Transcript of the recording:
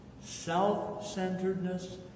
Self-centeredness